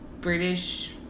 British